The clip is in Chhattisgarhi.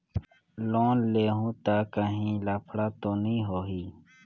लोन लेहूं ता काहीं लफड़ा तो नी होहि?